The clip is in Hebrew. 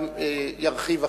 ירחיב עכשיו.